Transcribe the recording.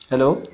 hello